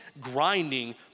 grinding